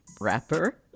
rapper